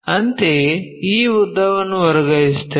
ಅಂತೆಯೇ ಆ ಉದ್ದವನ್ನು ವರ್ಗಾಯಿಸುತ್ತೇವೆ